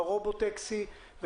עם הרובוטקסי,